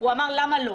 הוא פנה אליי.